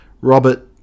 robert